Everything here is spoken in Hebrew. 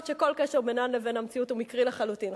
שכל קשר בינן לבין המציאות הוא מקרי לחלוטין.